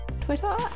Twitter